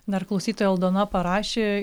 dar klausytoja aldona parašė